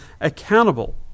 accountable